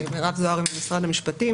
ומרב זוהרי ממשרד המשפטים.